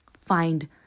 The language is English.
find